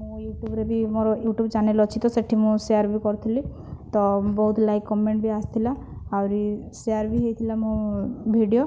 ମୁଁ ୟୁଟ୍ୟୁବ୍ରେ ବି ମୋର ୟୁ ଟ୍ୟୁବ୍ ଚ୍ୟାନେଲ୍ ଅଛି ତ ସେଠି ମୁଁ ସେୟାର୍ ବି କରିଥିଲି ତ ବହୁତ ଲାଇକ୍ କମେଣ୍ଟ ବି ଆସିଥିଲା ଆହୁରି ସେୟାର୍ ବି ହେଇଥିଲା ମୋ ଭିଡ଼ିଓ